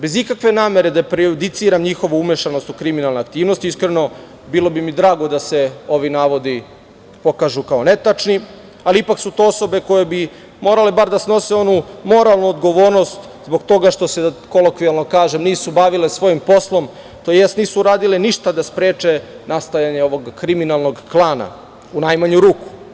Bez ikakve namere da prejudicira njihovu umešanost u kriminalne aktivnosti, iskreno bilo bi mi drago da se ovi navodi pokažu kao netačni, ali ipak su to osobe koje bi morale bar da snose onu moralnu odgovornost zbog toga što se kolokvijalno kaže – nisu bavile svojim poslom, tj. nisu radile ništa da spreče nastajanje ovog kriminalnog klana, u najmanju ruku.